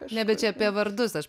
ne bet čia apie vardus aš